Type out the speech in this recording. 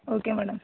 okay madam